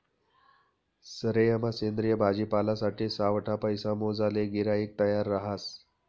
सयेरमा सेंद्रिय भाजीपालासाठे सावठा पैसा मोजाले गिराईक तयार रहास